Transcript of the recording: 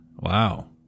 Wow